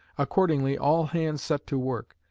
accordingly all hands set to work,